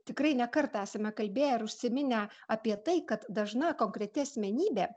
tikrai ne kartą esame kalbėję ir užsiminę apie tai kad dažna konkreti asmenybė